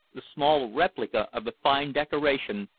the small replica of the fine decoration,